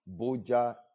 Boja